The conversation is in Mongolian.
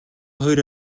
хоёр